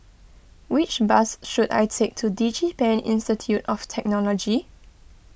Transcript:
which bus should I take to DigiPen Institute of Technology